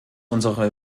unsere